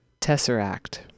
Tesseract